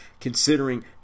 considering